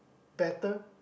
better